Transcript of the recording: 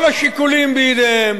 כל השיקולים בידיהם?